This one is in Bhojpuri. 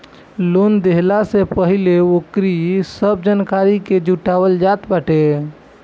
लोन देहला से पहिले ओकरी सब जानकारी के जुटावल जात बाटे